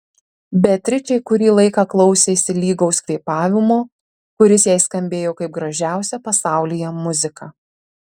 beatričė kurį laiką klausėsi lygaus kvėpavimo kuris jai skambėjo kaip gražiausia pasaulyje muzika